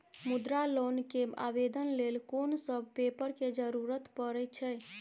मुद्रा लोन के आवेदन लेल कोन सब पेपर के जरूरत परै छै?